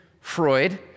Freud